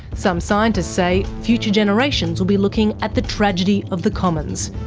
some scientists say future generations will be looking at the tragedy of the commons,